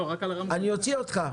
אני אוציא אותך.